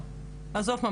מצד שני הוא עובד ציבור,